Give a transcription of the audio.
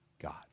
God